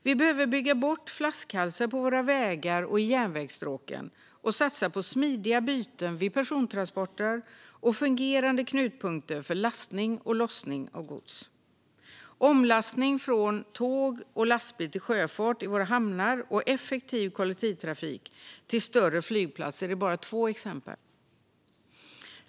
Vi behöver bygga bort flaskhalsar på våra vägar och i järnvägsstråken och satsa på smidiga byten vid persontransporter och fungerande knutpunkter för lastning och lossning av gods. Omlastning från tåg och lastbil till sjöfart i våra hamnar och effektiv kollektivtrafik till större flygplatser är bara två exempel.